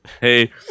Hey